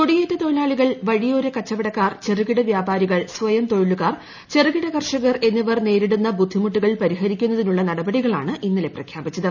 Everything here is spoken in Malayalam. കുടിയേറ്റ തൊഴിലാളികൾ വഴിയോര കച്ചവടക്കാർ ചെറുകിട വ്യാപാരികൾ സ്വയംതൊഴിലുകാർ ചെറുകിട കർഷകർ എന്നിവർ നേരിടുന്ന ബുദ്ധിമുട്ടുകൾ പരിഹരിക്കുന്നതിനുള്ള നടപടികളാണ് ഇന്നലെ പ്രഖ്യാപിച്ചത്